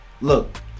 Look